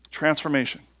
transformation